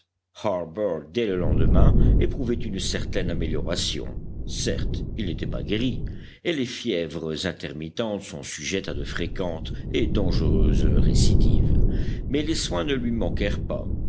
dès le lendemain éprouvait une certaine amélioration certes il n'était pas guéri et les fièvres intermittentes sont sujettes à de fréquentes et dangereuses récidives mais les soins ne lui manquèrent pas